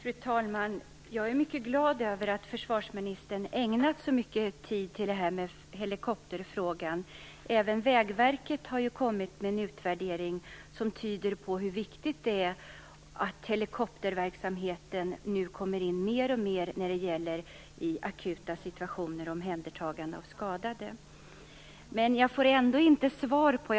Fru talman! Jag är mycket glad över att försvarsministern ägnat så mycket tid åt helikopterfrågan. Även Vägverket har kommit med en utvärdering, som tyder på hur viktigt det är att helikopterverksamheten nu mer och mer kommer in i akuta situationer när det gäller omhändertagande av skadade. Jag får ändå inte något svar.